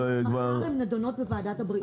מחר הן נדונות בוועדת הבריאות.